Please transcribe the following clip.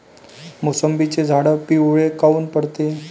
मोसंबीचे झाडं पिवळे काऊन पडते?